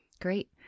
Great